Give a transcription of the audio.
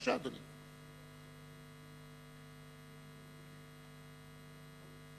בבקשה, אדוני.